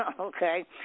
okay